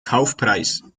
kaufpreis